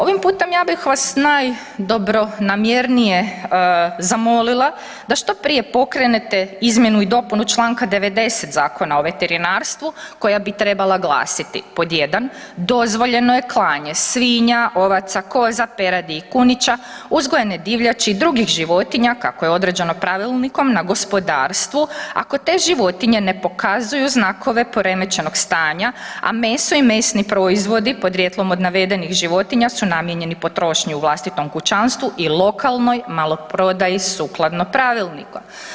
Ovim putem ja bih vas najdobronamjernije zamolila da što prije pokrene izmjenu i dopunu čl. 90 Zakona o veterinarstvu koja bi trebala glasiti, pod 1. dozvoljeno je klanje svinja, ovaca, koza, peradi i kunića, uzgojene divljači i drugih životinja, kako je određeno pravilnikom na gospodarstvu, ako te životinje ne pokazuju znakove poremećenog stanja, a meso i mesni proizvodi podrijetlom od navedenih životinja su namijenjeni potrošnji u vlastitom kućanstvu i lokalnoj maloprodaji sukladno pravilniku.